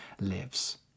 lives